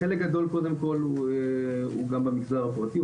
חלק גדול קודם כל הוא גם במגזר הפרטי,